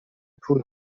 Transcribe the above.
پول